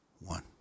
one